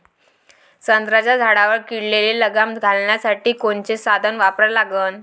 संत्र्याच्या झाडावर किडीले लगाम घालासाठी कोनचे साधनं वापरा लागन?